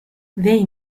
they